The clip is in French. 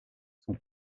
son